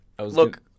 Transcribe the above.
look